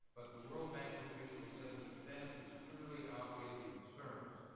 but the world bank officials said that the benefits clearly outweighed the concerns.